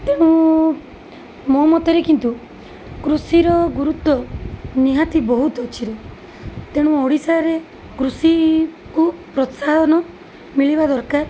ତେଣୁ ମୋ ମତରେ କିନ୍ତୁ କୃଷିର ଗୁରୁତ୍ଵ ନିହାତି ବହୁତ ଅଛି ତେଣୁ ଓଡ଼ିଶାରେ କୃଷିକୁ ପ୍ରୋତ୍ସାହନ ମିଳିବା ଦରକାର